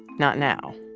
not now.